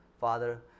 Father